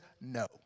no